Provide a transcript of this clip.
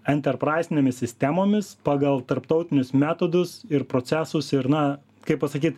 enterpraisinėmis sistemomis pagal tarptautinius metodus ir procesus ir na kaip pasakyt